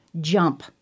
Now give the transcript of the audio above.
jump